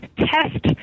test